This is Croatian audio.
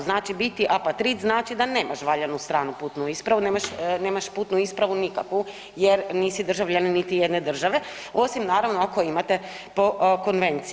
Znači, biti apatrid znači da nemaš valjanu stranu putnu ispravu, nemaš putnu ispravu nikakvu jer nisi državljanin niti jedne države osim naravno ako imate po konvenciji.